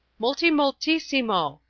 moltimoltissimo!